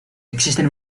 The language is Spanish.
existen